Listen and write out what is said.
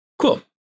Cool